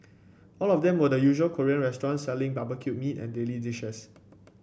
all of them were the usual Korean restaurants selling barbecued meat and daily dishes